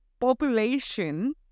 population